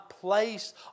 place